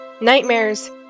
nightmares